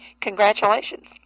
Congratulations